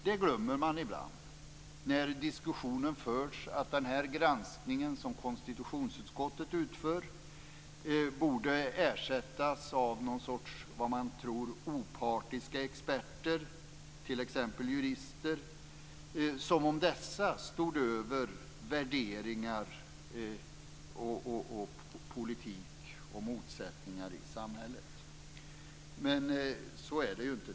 Det glömmer man ibland när diskussionen förs om att den granskning som konstitutionsutskottet utför borde ersättas av en granskning av någon sorts, vad man tror, opartiska experter, t.ex. jurister, som om dessa stod över värderingar, politik och motsättningar i samhället. Men så är det inte.